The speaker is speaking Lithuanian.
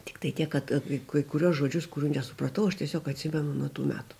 tiktai tiek kad apie kai kuriuos žodžius kurių nesupratau aš tiesiog atsimenu nuo tų metų